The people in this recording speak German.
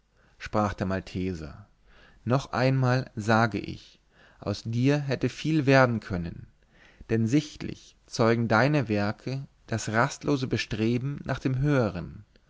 sprach der malteser noch einmal sage ich aus dir hätte viel werden können denn sichtlich zeugen deine werke das rastlose bestreben nach dem höheren